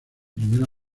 primera